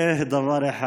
זה דבר אחד.